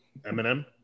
Eminem